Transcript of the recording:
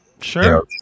Sure